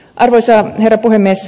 arvoisa herra puhemies